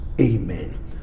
Amen